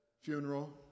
funeral